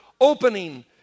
opening